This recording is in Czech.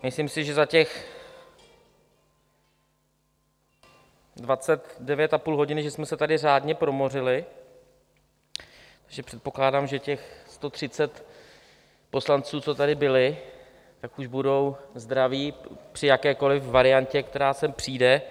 Myslím si, že za těch dvacet devět a půl hodiny jsme se tady řádně promořili, takže předpokládám, že těch 130 poslanců, co tady byli, tak už budou zdraví při jakékoliv variantě, která sem přijde.